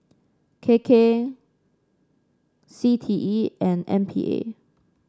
K K C T E and M P A